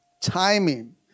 timing